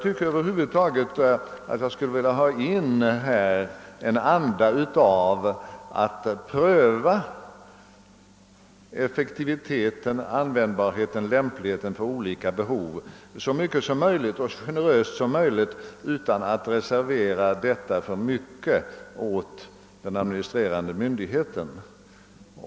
Jag skulle över huvud taget vilja ha in en anda av generös prövning av maskinernas effektivitet, användbarhet och lämplighet för olika ändamål. Detta bör inte i alltför stor utsträckning överlåtas åt den administrerande myndigheten.